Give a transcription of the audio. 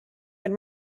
been